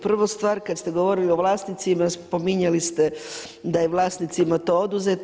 Prvu stvar kad ste govorili o vlasnicima spominjali ste da je vlasnicima to oduzeto.